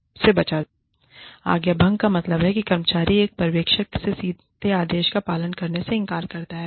आज्ञाभंगइनसबर्डिनेशन का मतलब है कि कर्मचारी एक पर्यवेक्षक के सीधे आदेश का पालन करने से इनकार करता है